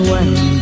one